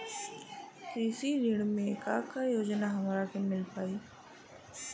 कृषि ऋण मे का का योजना हमरा के मिल पाई?